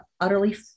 utterly